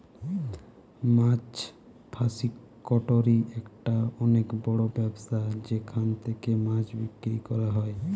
মাছ fish factory একটা অনেক বড় ব্যবসা যেখান থেকে মাছ বিক্রি করা হয়